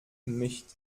mischt